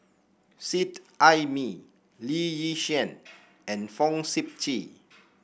Seet Ai Mee Lee Yi Shyan and Fong Sip Chee